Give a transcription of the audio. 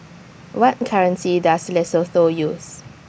What currency Does Lesotho use